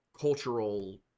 cultural